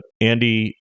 Andy